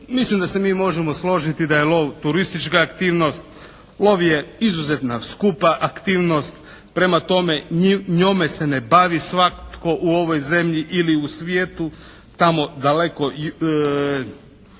Mislim da se mi možemo složiti da je lov turistička aktivnost, lov je izuzetno skupa aktivnost. Prema tome njome se ne bavi svatko u ovoj zemlji ili u svijetu. Tamo daleko